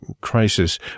crisis